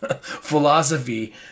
philosophy